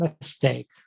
mistake